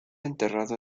enterrado